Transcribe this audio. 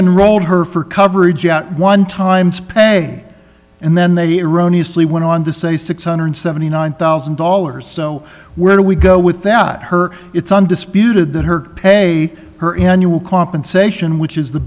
enrolled her for coverage out one times pay and then they iranis sleep went on to say six hundred and seventy nine thousand dollars so where do we go with that her it's undisputed that her pay her annual compensation which is the